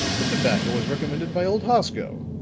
the tobacco was recommended by old hosko,